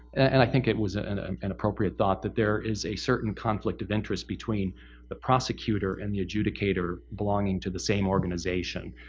and it was an ah and appropriate thought that there is a certain conflict of interest between the prosecutor and the adjudicator belonging to the same organization.